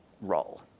role